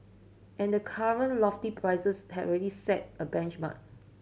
and the current lofty prices have already set a benchmark